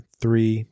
three